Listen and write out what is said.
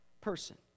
person